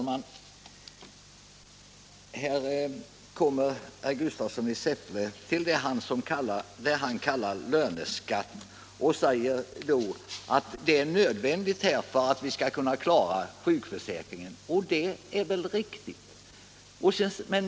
Herr talman! Herr Gustafsson i Säffle säger att löneskatten är nödvändig för att vi skall kunna klara sjukförsäkringen, och det är väl riktigt.